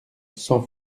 sans